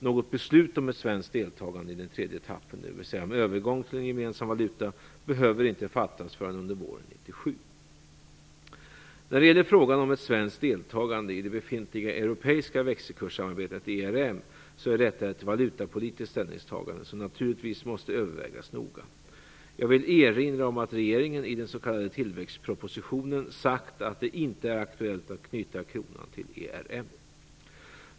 Något beslut om ett svenskt deltagande i den tredje etappen - dvs. om övergången till en gemensam valuta - behöver inte fattas förrän under våren 1997. När det gäller frågan om ett svenskt deltagande i det befintliga europeiska växelkurssamarbetet ERM är detta ett valutapolitiskt ställningstagande, som naturligtvis måste övervägas noga. Jag vill erinra om att regeringen i den s.k. tillväxtpropositionen sagt att det inte är aktuellt att knyta kronan till ERM.